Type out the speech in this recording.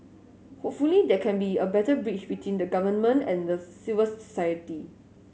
hopefully there can be a better bridge between the Government and civil society